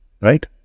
Right